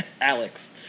Alex